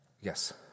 Yes